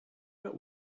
about